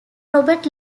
robert